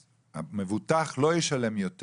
שהמבוטח לא ישלם יותר.